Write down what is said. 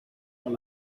con